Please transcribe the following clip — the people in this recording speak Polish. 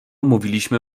mówiliśmy